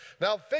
Now